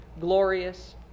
glorious